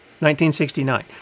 1969